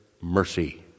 mercy